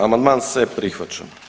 Amandman se prihvaća.